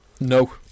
No